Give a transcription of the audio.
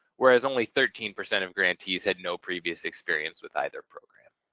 whereas only thirteen percent of grantees had no previous experience with either program.